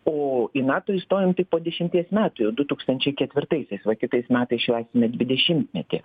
o į nato įstojom tik po dešimties metų jau du tūkstančiai ketvirtaisiais va kitais metais švęsime dvidešimtmetį